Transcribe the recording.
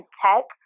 tech